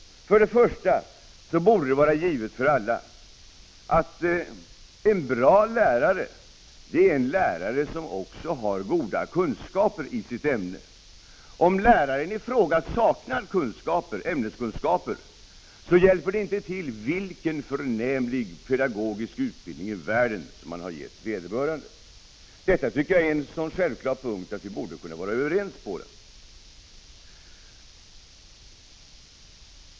För det första borde det vara givet för alla att en bra lärare är en lärare som har goda kunskaper i sitt ämne. Om läraren i fråga saknar 1 ämneskunskaper hjälper det inte vilken förnämlig pedagogisk utbildning i världen som vederbörande har fått. Detta är så självklart att vi borde kunna vara överens om det.